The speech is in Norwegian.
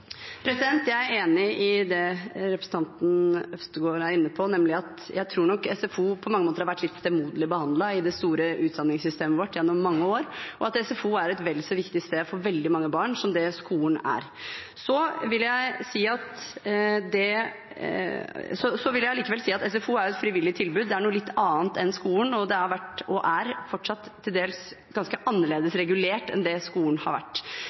Jeg er enig i det representanten Øvstegård er inne på, nemlig at SFO på mange måter nok har vært litt stemoderlig behandlet i det store utdanningssystemet vårt gjennom mange år, og at SFO er et vel så viktig sted for veldig mange barn som det skolen er. Men SFO er et frivillig tilbud. Det er noe litt annet enn skolen, og det har vært og er fortsatt til dels ganske annerledes regulert enn det skolen har vært.